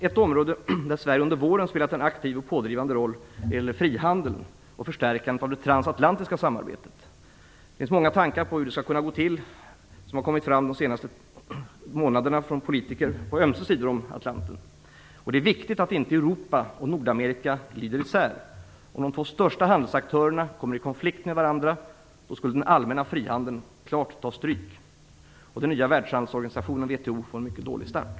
Ett område där Sverige under våren spelat en aktiv och pådrivande roll är frihandeln och förstärkandet av det transatlantiska samarbetet. Många tankar om hur det skulle kunna gå till har kommit fram de senaste månaderna från politiker på ömse sidor om Atlanten. Det är viktigt att inte Europa och Nordamerika glider isär. Om de två största handelsaktörerna kommer i konflikt med varandra tar den allmänna frihandeln stryk. Den nya världshandelsorganisationen WTO skulle då få en dålig start.